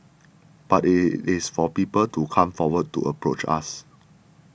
but it it is for people to come forward to approach us